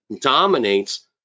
dominates